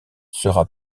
sera